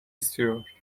istiyor